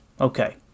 Okay